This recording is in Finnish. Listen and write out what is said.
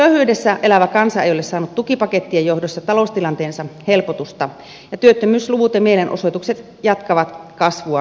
köyhyydessä elävä kansa ei ole saanut tukipakettien johdosta taloustilanteeseensa helpotusta ja työttömyysluvut ja mielenosoitukset jatkavat kasvuaan